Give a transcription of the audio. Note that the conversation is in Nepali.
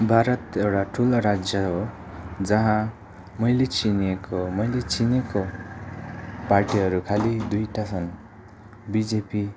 भारत एउटा ठुलो राज्य हो जहाँ मैले चिनेको मैले चिनेको पार्टीहरू खालि दुईवटा छन् बिजेपी